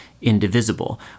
indivisible